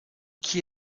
qui